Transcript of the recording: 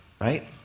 right